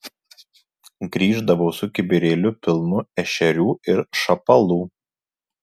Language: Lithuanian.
grįždavo su kibirėliu pilnu ešerių ir šapalų